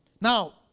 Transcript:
Now